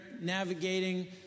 navigating